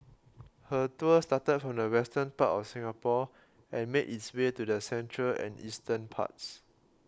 her tour started from the western part of Singapore and made its way to the central and eastern parts